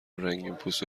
رنگینپوست